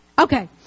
Okay